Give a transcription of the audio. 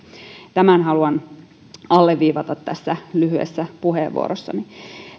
tämän haluan alleviivata tässä lyhyessä puheenvuorossani